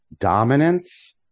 dominance